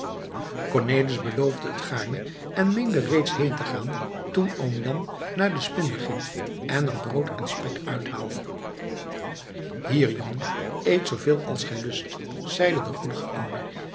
cornelis beloofde het gaarne en meende reeds heen te gaan toen oom jan naar de spinde ging en er brood en spek uithaalde hier jongen eet zooveel als gij lust zeide de goedige